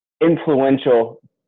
influential